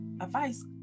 advice